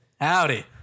Howdy